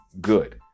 good